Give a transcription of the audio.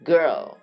Girl